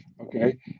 okay